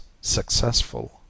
successful